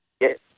Yes